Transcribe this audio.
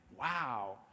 Wow